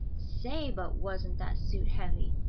say, but wasn't that suit heavy,